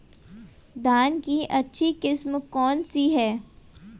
धान की अच्छी किस्म कौन सी है?